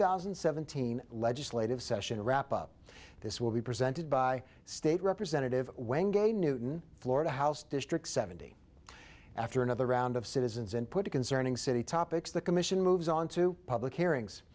thousand and seventeen legislative session wrap up this will be presented by state representative gay newton florida house district seventy after another round of citizens and put it concerning city topics the commission moves on to public hearings